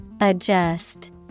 Adjust